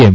એમ